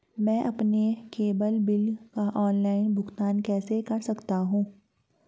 मैं अपने cable bill का ऑनलाइन भुगतान कैसे कर सकता हूं?